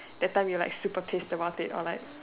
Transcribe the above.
that time you like super pissed about it or like